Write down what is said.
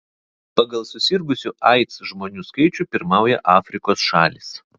pagal susirgusių aids žmonių skaičių pirmauja afrikos šalys